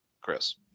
Chris